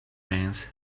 ants